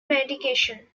medication